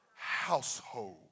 household